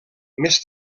més